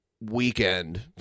Weekend